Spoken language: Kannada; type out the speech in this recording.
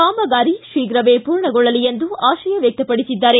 ಕಾಮಗಾರಿ ಶೀಘವೇ ಪೂರ್ಣಗೊಳ್ಳಲಿ ಎಂದು ಆಶಯ ವ್ಯಕ್ತಪಡಿಸಿದ್ದಾರೆ